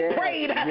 prayed